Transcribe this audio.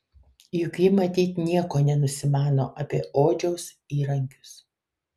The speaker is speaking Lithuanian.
juk ji matyt nieko nenusimano apie odžiaus įrankius